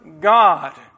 God